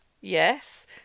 Yes